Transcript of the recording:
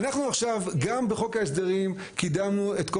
אנחנו עכשיו גם בחוק ההסדרים קידמנו את כל